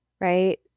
Right